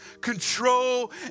control